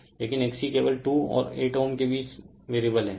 लेकिन XC केवल 2 और 8Ω की बीच वेरिएबल है